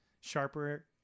sharper